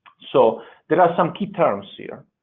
so there are some key terms here,